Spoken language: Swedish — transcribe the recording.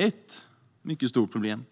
Ett mycket stort problem